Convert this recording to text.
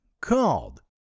called